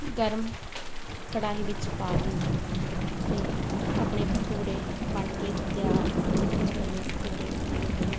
ਗਰਮ ਕੜਾਹੀ ਵਿੱਚ ਪਾ ਦਿਓ ਅਤੇ ਆਪਣੇ ਭਟੂਰੇ ਬਣ ਕੇ ਤਿਆਰ ਹਨ ਛੋਲੇ ਭਟੂਰੇ ਥੈਂਕ ਯੂ